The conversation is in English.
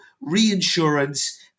reinsurance